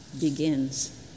begins